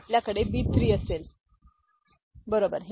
तर आपल्याकडेB3 असेल बरोबर